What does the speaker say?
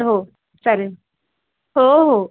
हो चालेल हो हो